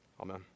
Amen